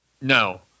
no